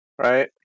right